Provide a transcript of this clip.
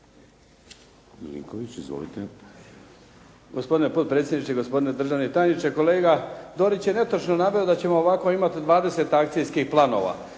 Stjepan (HDZ)** Gospodine potpredsjedniče i gospodine državni tajniče. Kolega Dorić je netočno naveo da ćemo ovako imati dvadeset akcijskih planova